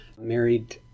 married